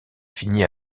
finit